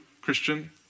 Christian